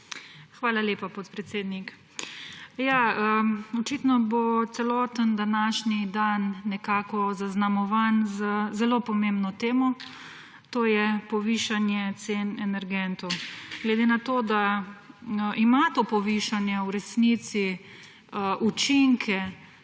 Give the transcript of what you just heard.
Hvala lepa, podpredsednik. Očitno bo celoten današnji dan nekako zaznamovan z zelo pomembno temo, to je povišanje cen energentov. Glede na to, da ima to povišanje v resnici učinke